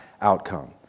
outcome